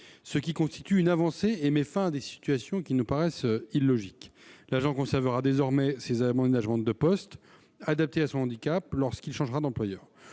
ce qui constitue une avancée et met fin à des situations illogiques. L'agent conservera désormais ses aménagements de poste, adaptés à son handicap, lorsqu'il changera d'employeur.